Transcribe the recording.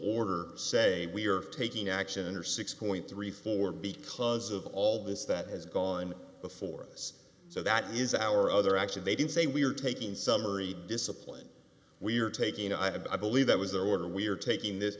order say we are taking action or six point three four b clause of all this that has gone before us so that is our other action they didn't say we're taking summary discipline we're taking you know i believe that was there we are taking this